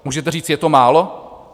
Můžete říct, je to málo?